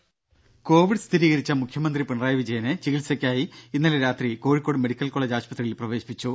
രംഭ covid സ്ഥിരീകരിച്ച മുഖ്യമന്ത്രി പിണറായി വിജയനെ ചികിത്സക്കായി ഇന്നലെ രാത്രി കോഴിക്കോട് മെഡിക്കൽ കോളെജ് ആശുപത്രിയിൽ പ്രവേശിപ്പിച്ചു